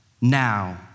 now